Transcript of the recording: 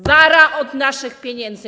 Wara od naszych pieniędzy.